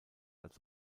als